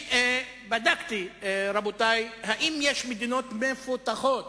בדקתי, רבותי, אם יש מדינות מפותחות